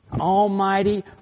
almighty